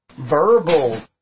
verbal